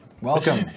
welcome